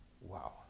Wow